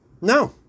no